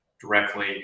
directly